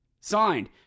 signed